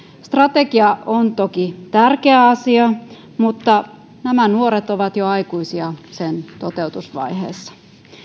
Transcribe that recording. strategia on toki tärkeä asia mutta nämä nuoret ovat jo aikuisia sen toteutusvaiheessa